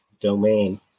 domain